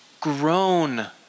grown